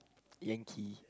yankee